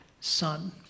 son